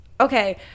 Okay